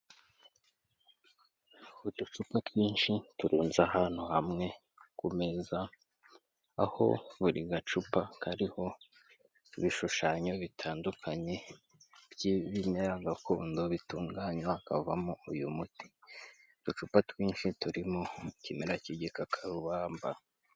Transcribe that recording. Uducupa twinshi turunze ahantu hamwe ku meza aho buri gacupa kariho ibishushanyo bitandukanye by'ibimera gakondo bitunganywa hakavamo uyu muti, uducupa twinshi turimo ikimera k'igikakarubamba.